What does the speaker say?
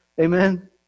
Amen